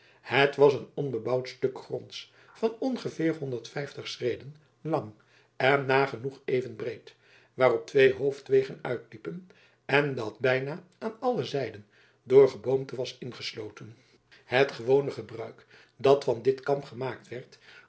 het was een onbebouwd stuk gronds van ongeveer honderd vijftig schreden lang en nagenoeg even breed waarop twee hoofdwegen uitliepen en dat bijna aan alle zijden door geboomte was ingesloten het gewone gebruik dat van dit kamp gemaakt werd